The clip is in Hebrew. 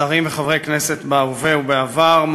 שרים וחברי כנסת בהווה ובעבר,